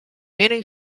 many